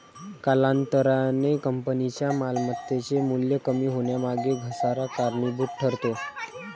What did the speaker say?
कालांतराने कंपनीच्या मालमत्तेचे मूल्य कमी होण्यामागे घसारा कारणीभूत ठरतो